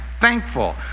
thankful